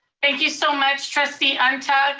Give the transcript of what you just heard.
thank you so much trustee ah ntuk.